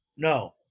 No